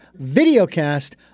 videocast